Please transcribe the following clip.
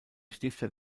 stifter